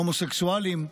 הומוסקסואלים,